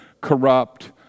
corrupt